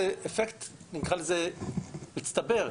נקרא לזה מצטבר,